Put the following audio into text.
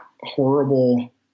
horrible